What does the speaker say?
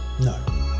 No